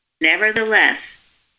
Nevertheless